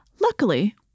Luckily